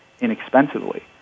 inexpensively